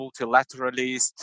multilateralist